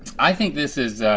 i think this is,